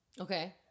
Okay